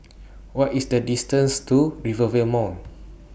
What IS The distance to Rivervale Mall